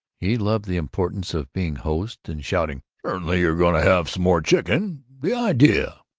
he loved the importance of being host and shouting, certainly, you're going to have smore chicken the idea!